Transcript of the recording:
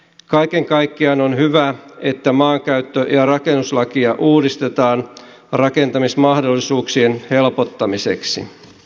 kaiken kaikkiaan on hyvä että maankäyttö ja rakennuslakia uudistetaan rakentamismahdollisuuksien helpottamiseksi